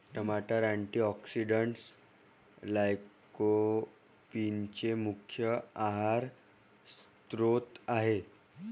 टमाटर अँटीऑक्सिडेंट्स लाइकोपीनचे मुख्य आहार स्त्रोत आहेत